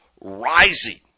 rising